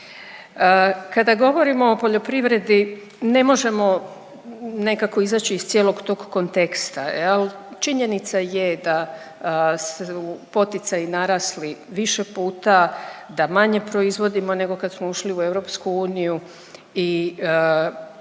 Kada govorimo o poljoprivredi ne možemo nekako izaći iz cijelog tog konteksta jel, činjenica je da su poticaji narasli više puta, da manje proizvodimo nego kad smo ušli u EU i nismo